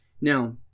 Now